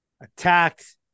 attacked